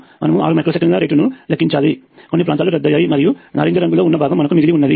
మనము 6 మైక్రో సెకన్ల రేటును లెక్కించాలి కొన్ని ప్రాంతాలు రద్దయ్యాయి మరియు నారింజ రంగులో ఉన్న భాగం మిగిలి ఉన్నది